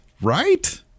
right